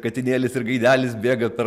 katinėlis ir gaidelis bėga per